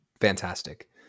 Fantastic